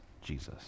Jesus